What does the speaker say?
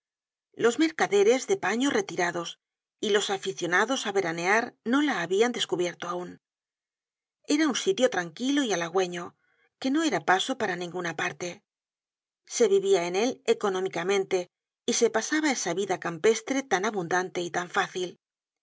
los mercaderes de paño retirados y los aficionados á veranear no la habian descubierto aun era un sitio tranquilo y halagüeño que no era paso para ninguna parte se vivia en él económicamente y se pasaba esa vida campestre tan abundante y tan fácil